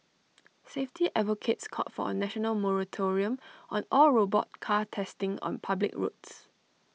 safety advocates called for A national moratorium on all robot car testing on public roads